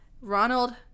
Ronald